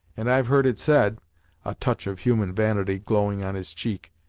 and i've heard it said a touch of human vanity glowing on his cheek,